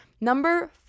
Number